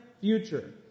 future